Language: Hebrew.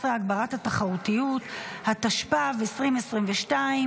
14) (הגברת התחרותיות), התשפ"ב 2022,